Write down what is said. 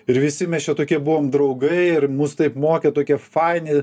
ir visi mes čia tokie buvom draugai ir mus taip mokė tokie faini